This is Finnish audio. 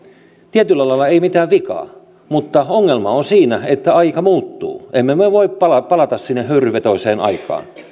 tietyllä lailla ei mitään vikaa mutta ongelma on siinä että aika muuttuu emme me me voi palata palata sinne höyryvetoiseen aikaan